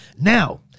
Now